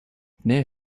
near